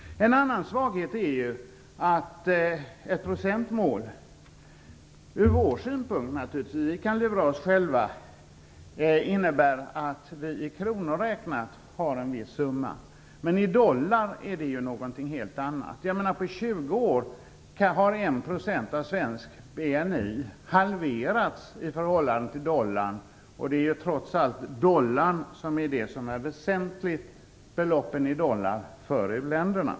En annan svaghet är att ett procentmål från vår synpunkt innebär att vi har en viss summa i kronor. Vi kan alltså lura oss själva. Räknat i dollar är det något helt annat. Under 20 år har 1 % av svensk BNI halverats i förhållande till dollarn. Det är trots allt beloppen i dollar som är det väsentliga för u-länderna.